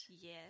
yes